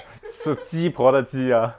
是鸡婆的鸡 ah